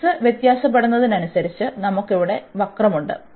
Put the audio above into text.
X വ്യത്യാസപ്പെടുന്നതിനനുസരിച്ച് നമുക്ക് ഇവിടെ വക്രമുണ്ട്